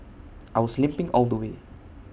I was limping all the way